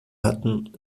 hatten